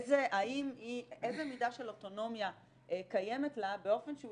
איזה מידה של אוטונומיה קיימת לה באופן שהוא